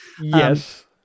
Yes